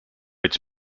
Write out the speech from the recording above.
its